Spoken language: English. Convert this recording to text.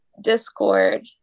Discord